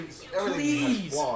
Please